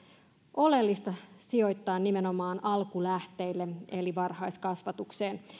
oleellista sijoittaa nimenomaan alkulähteille eli varhaiskasvatukseen